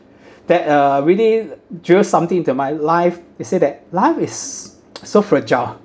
that uh really drill something into my life it say that life is so fragile